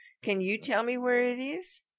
can you tell me where it is?